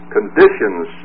Conditions